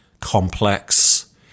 complex